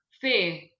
fear